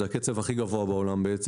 זה הקצב הכי גבוה בעולם.